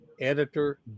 editor